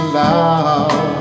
love